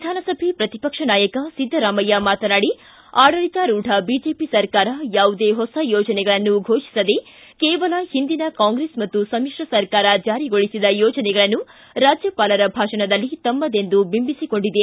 ವಿಧಾನಸಭೆ ಪ್ರತಿಪಕ್ಷ ನಾಯಕ ಸಿದ್ದರಾಮಯ್ಯ ಮಾತನಾಡಿ ಆಡಳಿತಾರೂಢ ಬಿಜೆಪಿ ಸರ್ಕಾರ ಯಾವುದೇ ಹೊಸ ಯೋಜನೆಗಳನ್ನು ಘೋಷಿಸದೇ ಕೇವಲ ಒಂದಿನ ಕಾಂಗ್ರೆಸ್ ಮತ್ತು ಸಮಿಶ್ರ ಸರ್ಕಾರ ಜಾರಿಗೊಳಿಸಿದ ಯೋಜನೆಗಳನ್ನು ರಾಜ್ಯಪಾಲರ ಭಾಷಣದಲ್ಲಿ ತಮ್ಮದೆಂದು ಬಿಂಬಿಸಿಕೊಂಡಿದೆ